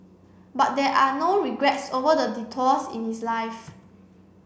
but there are no regrets over the detours in his life